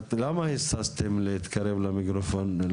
למה היססתם להתקרב למיקרופון?